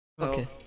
okay